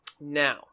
Now